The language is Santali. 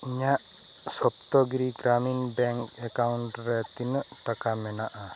ᱤᱧᱟ ᱜ Saptagiri Gramin bank account ᱨᱮ ᱛᱤᱱᱟᱹᱜ ᱴᱟᱠᱟ ᱢᱮᱱᱟᱜᱼᱟ